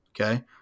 okay